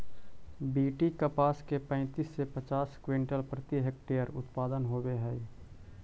BT कपास के पैंतीस से पचास क्विंटल प्रति हेक्टेयर उत्पादन होवे हई